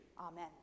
Amen